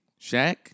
Shaq